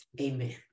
Amen